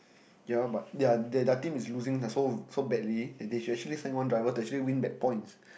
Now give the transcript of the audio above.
ya but their their team is losing lah so so badly that they should actually send one driver to actually win that points